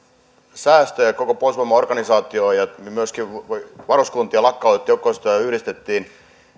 säästöjä koko puolustusvoimien organisaatioon ja myöskin varuskuntia lakkautettiin joukko osastoja yhdistettiin